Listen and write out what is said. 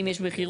אם יש מחירון,